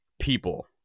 people